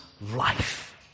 life